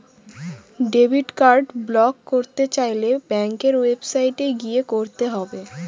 debit card block করতে চাইলে ব্যাঙ্কের ওয়েবসাইটে গিয়ে করতে হবে